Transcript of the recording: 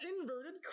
inverted